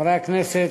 חברי הכנסת,